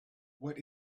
what